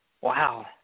Wow